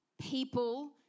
people